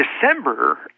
December